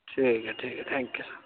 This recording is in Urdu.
ٹھیک ہے ٹھیک ہے تھینک یو